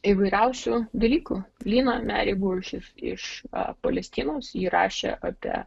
įvairiausių dalykų lina meribulš iš palestinos ji rašė apie